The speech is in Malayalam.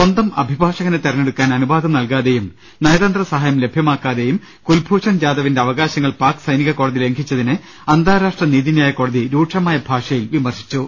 സ്വന്തം അഭി ഭാഷകനെ തിരഞ്ഞെടുക്കാൻ അനുവാദം നൽകാതെയും നയതന്ത്ര സഹായം ലഭ്യമാക്കാതെയും കുൽഭൂഷൺ ജാദവിന്റെ അവകാശങ്ങൾ പാക് സൈനിക കോടതി ലംഘിച്ചതിനെ അന്താരാഷ്ട്ര നീതിന്യായകോ ടതി രൂക്ഷമായ ഭാഷയിൽ വിമർശിച്ചു